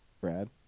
Brad